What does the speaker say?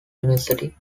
university